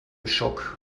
schock